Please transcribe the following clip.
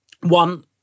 one